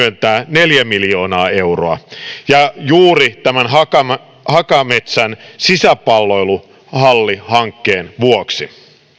neljä miljoonaa euroa ja juuri tämän hakametsän hakametsän sisäpalloiluhallihankkeen vuoksi